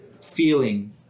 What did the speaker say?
feeling